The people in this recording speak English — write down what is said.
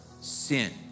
sin